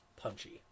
punchy